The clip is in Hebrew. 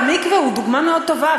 המקווה הוא דוגמה מאוד טובה,